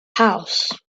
house